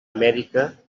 amèrica